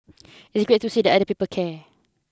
it's great to see that other people care